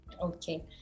Okay